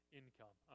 income